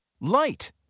LIGHT